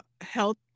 health